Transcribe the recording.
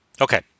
Okay